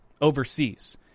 overseas